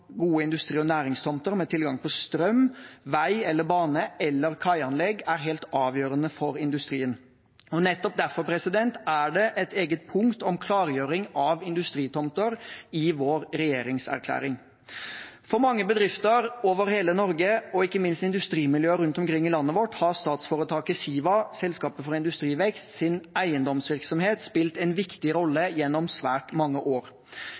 gode industri- og næringstomter med tilgang på strøm, vei, bane eller kaianlegg, er helt avgjørende for industrien. Nettopp derfor er det et eget punkt om klargjøring av industritomter i vår regjeringserklæring. For mange bedrifter i hele Norge og ikke minst industrimiljøer rundt omkring i landet vårt har eiendomsvirksomheten til statsforetaket Siva, Selskapet for industrivekst, spilt en viktig rolle gjennom svært mange år.